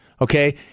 Okay